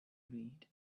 read